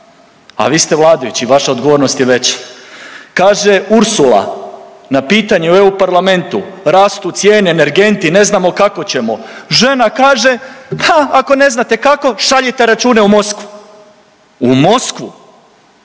a vi ste vladajući, vaša odgovornost je veća. Kaže Ursula na pitanje u EU parlamentu, rastu cijene energenti, ne znamo kako ćemo, žena kaže, da ako ne znate kako šaljite račune u Moskvu. U Moskvu?